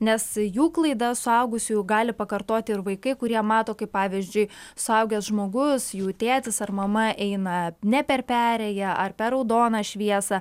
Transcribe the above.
nes jų klaida suaugusiųjų gali pakartoti ir vaikai kurie mato kaip pavyzdžiui suaugęs žmogus jų tėtis ar mama eina ne per perėją ar per raudoną šviesą